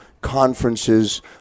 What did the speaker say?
conferences